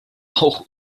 auch